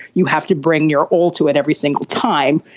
you have to bring your old to it every single time.